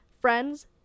Friends